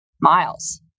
miles